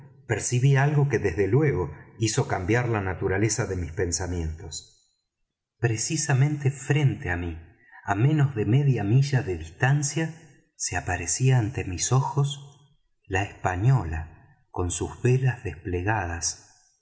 percibí algo que desde luego hizo cambiar la naturaleza de mis pensamientos precisamente frente á mí á menos de media milla de distancia se aparecía ante mis ojos la española con sus velas desplegadas